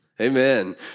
Amen